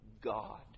God